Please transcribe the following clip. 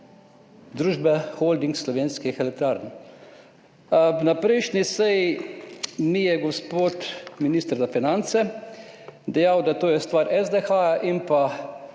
družbe Holding Slovenske elektrarne. Na prejšnji seji mi je gospod minister za finance dejal, da to je stvar SDH in